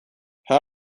how